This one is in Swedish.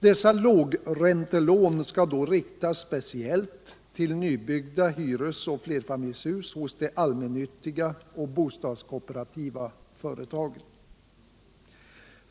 Dessa lågräntelån skall då riktas speciellt till nybyggda hyres och flerfamiljshus hos de allmännyttiga och bostadskooperativa företagen.